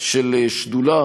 של השדולה